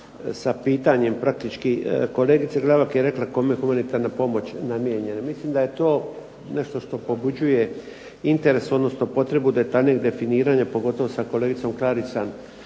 sa pitanjem praktički. Kolegica Glavak je rekla kome je humanitarna pomoć namijenjena. Mislim da je to nešto što pobuđuje interes, odnosno potrebu detaljnijeg definiranja, pogotovo sa kolegicom Klarić sam